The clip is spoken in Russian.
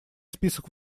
список